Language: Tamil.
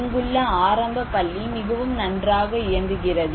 இங்குள்ள ஆரம்ப பள்ளி மிகவும் நன்றாக இயங்குகிறது